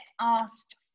asked